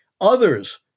others